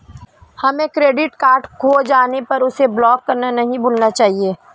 हमें credit card खो जाने पर उसे ब्लॉक करना नहीं भूलना चाहिए